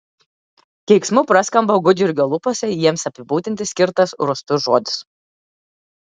keiksmu praskamba gudjurgio lūpose jiems apibūdinti skirtas rūstus žodis